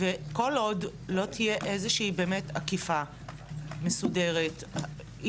אבל אני חושב שהכדור לא בהכרח נמצא אצל המשטרה -- לא,